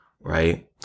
right